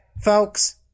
folks